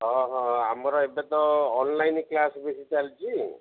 ହଁ ହଁ ଆମର ଏବେ ତ ଅନଲାଇନ୍ କ୍ଲାସ୍ ବେଶି ଚାଲିଛି